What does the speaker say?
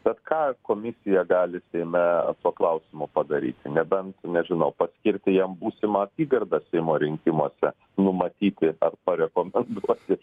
bet ką komisija gali seime tuo klausimu padaryti nebent nežinau paskirti jam būsimą apygardą seimo rinkimuose numatyti ar parekomenduoti